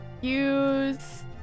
use